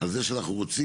על זה שאנחנו רוצים.